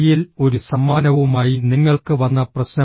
കയ്യിൽ ഒരു സമ്മാനവുമായി നിങ്ങൾക്ക് വന്ന പ്രശ്നം